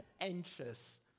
anxious